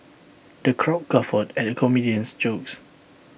the crowd guffawed at comedian's jokes